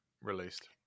released